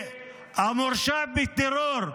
והמורשע בטרור,